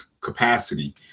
capacity